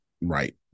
right